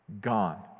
Gone